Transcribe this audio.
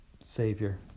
savior